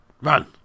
Run